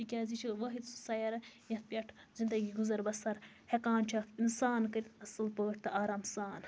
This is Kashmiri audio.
تکیاز یہِ چھُ وٲحِد سُہ سَیارٕ یتھ پٮ۪ٹھ زِندَگی گُزَر بَسَر ہیٚکان چھُ اکھ اِنسان کٔرِتھ اصٕل پٲٹھۍ تہٕ آرام سان